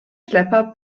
schlepper